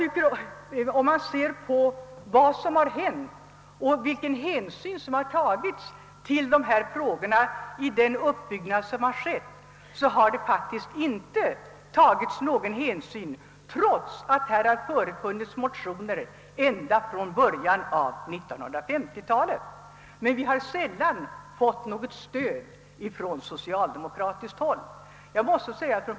Om man ser på vad som har hänt och vilken hänsyn som tidigare har tagits till sådana frågor måste man nog säga att den har varit mycket liten, trots att det från vårt håll förelegat motioner i ämnet ända från början av 1950-talet. Men vi har sällan fått något stöd från socialdemokratiskt håll.